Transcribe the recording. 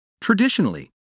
Traditionally